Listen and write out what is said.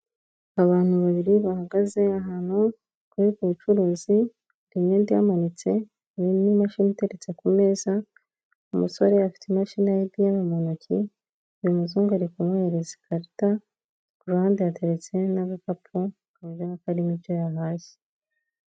Abantu babiri bahagaze ahantu kure ku bucuruziyenda yamanitse nyuma n'imashini iteretse ku meza, umusore afite imashini yaguye mu ntoki uyu muzungu ari kumuhereza ikarita iruhande hateretse n'agapapu kaje karimo ibyo yahashye.